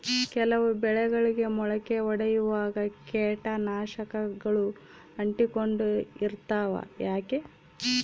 ಕೆಲವು ಬೆಳೆಗಳಿಗೆ ಮೊಳಕೆ ಒಡಿಯುವಾಗ ಕೇಟನಾಶಕಗಳು ಅಂಟಿಕೊಂಡು ಇರ್ತವ ಯಾಕೆ?